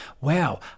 wow